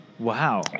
Wow